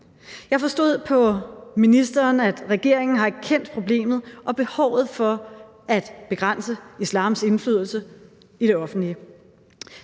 Jeg forstod på ministeren, at regeringen har erkendt problemet og behovet for at begrænse islams indflydelse i det offentlige